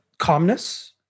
calmness